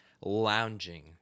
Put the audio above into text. lounging